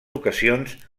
ocasions